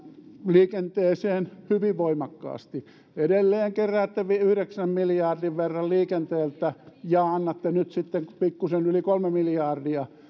liikenteeseen hyvin voimakkaasti edelleen keräätte yhdeksän miljardin verran liikenteeltä ja annatte nyt sitten pikkusen yli kolme miljardia